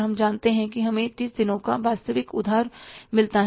हम यह जानते हैं कि हमें 30 दिनों का वास्तविक उधार मिलता है